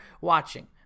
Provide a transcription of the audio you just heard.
watching